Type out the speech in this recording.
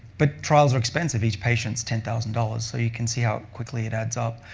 but trials are expensive. each patient's ten thousand dollars, so you can see how quickly it adds up.